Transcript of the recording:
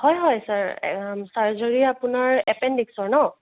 হয় হয় sir surgery আপোনাৰ এপেণ্ডিক্সৰ ন